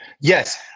Yes